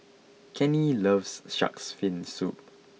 Kenney loves shark's fin soup